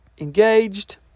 engaged